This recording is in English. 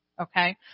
Okay